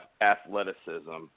athleticism